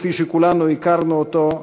כפי שכולנו הכרנו אותו,